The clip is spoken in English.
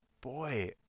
boy